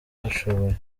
dushoboye